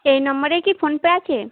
এই নম্বরেই কি ফোনপে আছে